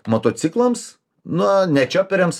motociklams nu ne čioperiams